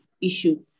issue